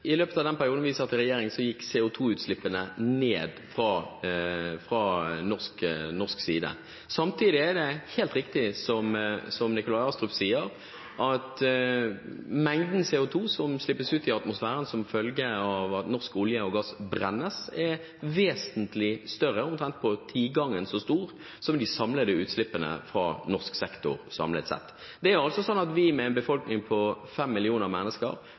i løpet av den perioden vi satt i regjering, gikk CO2-utslippene ned fra norsk side. Samtidig er det helt riktig, som Nikolai Astrup sier, at mengden CO2 som slippes ut i atmosfæren som følge av at norsk olje og gass brennes, er vesentlig større, omtrent tigangen så stor, som de samlede utslippene fra norsk sektor. Det er altså sånn at vi, med en befolkning på 5 millioner mennesker,